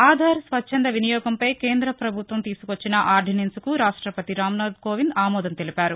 ఆధార్ స్వచ్చంద వినియోగంపై కేంద్ర ప్రభుత్వం తీసుకొచ్చిన ఆర్డినెన్స్ కు రాష్టపతి రాంనాథ్ కోవింద్ ఆమోదం తెలిపారు